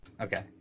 Okay